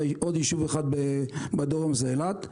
ועוד יישוב אחד בדרום אילת.